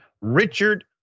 Richard